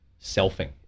selfing